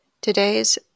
Today's